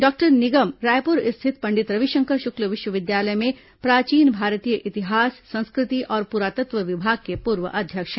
doctor Nigam Raipur स्थित पंडित रविशंकर शुक्ल विश्वविद्यालय में प्राचीन भारतीय इतिहास संस्कृति और पुरातत्व विभाग के पूर्व अध्यक्ष हैं